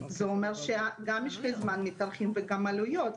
זה אומר גם משכי זמן מתארכים וגם עלויות.